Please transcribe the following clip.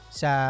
sa